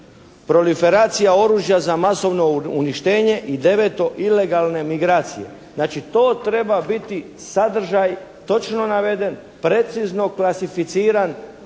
proliferacija oružja za masovno uništenje i deveto ilegalne migracije. Znači to treba biti sadržaj točno naveden, precizno klasificiran